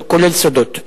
כולל סודות.